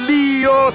Leo